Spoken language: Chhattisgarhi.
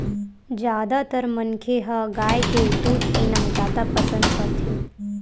जादातर मनखे ह गाय के दूद पीना जादा पसंद करथे